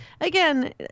Again